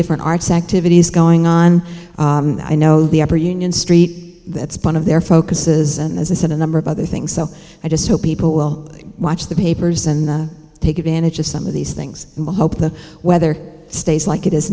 different arts activities going on that i know the upper union street that's part of their focuses and as a sort of number of other things so i just hope people will watch the papers and take advantage of some of these things in the hope the weather stays like it is